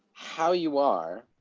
how you are,